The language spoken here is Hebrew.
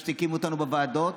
משתיקים אותנו בוועדות,